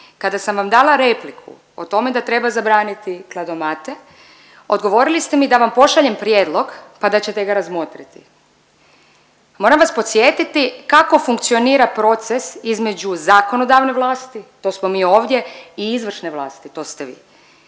Kada sam vam dala repliku o tome da treba zabraniti kladomate odgovorili ste mi da vam pošaljem prijedlog, pa da ćete ga razmotriti. Moram vas podsjetiti kako funkcionira proces između zakonodavne vlasti, to smo mi ovdje, i izvršene vlasti – to sve vi.